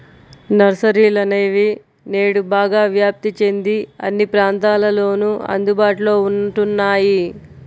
నర్సరీలనేవి నేడు బాగా వ్యాప్తి చెంది అన్ని ప్రాంతాలలోను అందుబాటులో ఉంటున్నాయి